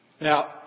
Now